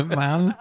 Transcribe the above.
man